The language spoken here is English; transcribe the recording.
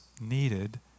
needed